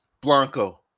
Blanco